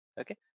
Okay